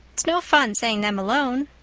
it's no fun saying them alone.